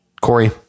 Corey